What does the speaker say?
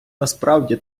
насправді